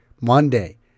Monday